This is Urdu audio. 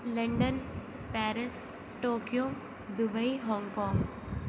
London Paris Tokyo Dubai Hong Kong